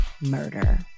murder